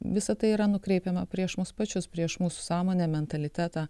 visa tai yra nukreipiama prieš mus pačius prieš mūsų sąmonę mentalitetą